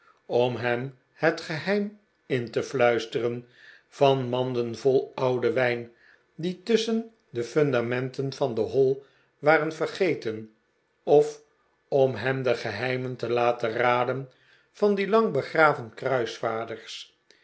om hem het geheim in te fluisteren van manden vol ouden wijn die tusschen de fundamenten van de hall waren vergeten of om hem de geheimen te laten raden van die lang begraven